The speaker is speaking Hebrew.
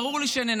ברור לי שננצח,